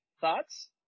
Thoughts